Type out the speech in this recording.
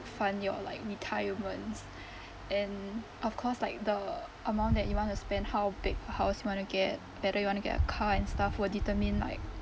fund you're like retirements and of course like the amount that you want to spend how big a house you want to get whether you want to get a car and stuff will determine like